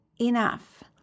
enough